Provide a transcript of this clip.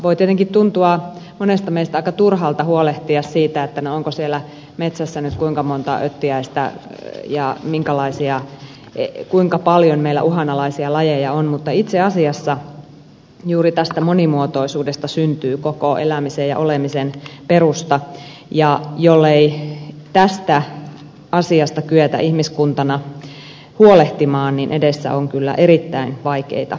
voi tietenkin tuntua monesta meistä aika turhalta huolehtia siitä onko siellä nyt metsässä kuinka monta öttiäistä ja kuinka paljon meillä uhanalaisia lajeja on mutta itse asiassa juuri tästä monimuotoisuudesta syntyy koko elämisen ja olemisen perusta ja jollei tästä asiasta kyetä ihmiskuntana huolehtimaan niin edessä on kyllä erittäin vaikeita aikoja